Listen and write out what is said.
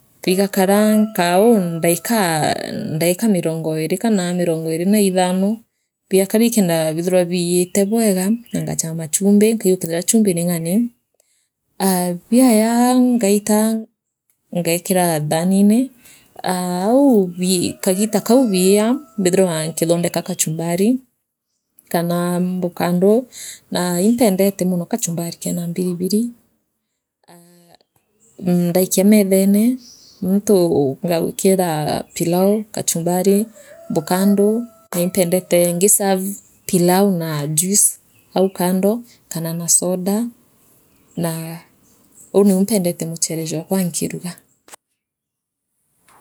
Biigakaraa kaa uu ndaika mirongo iiri kana mirongo iiri na ithano biakaraa ikendaa biithirwa biite bwega na ngachama chumbi nkaigua kethira chumbi niingani aa biaya nga ngaita ngeekira thaanine aa ou kagiita kau biia mbithirwa nkithondeka kachumbari kara mbukandu naa impendete mono kachumbari kena mbiribili aah mmh ndaikia meethene muntu ngagwikiraa pilau kachumbari mbukandu na impendete ngisere pilau na njuis au kando kana na soda naa uu niu mpendete muchere jwakwa nkirugaa.